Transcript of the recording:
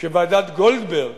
שוועדת-גולדברג